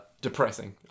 depressing